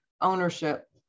ownership